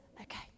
Okay